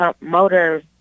Motor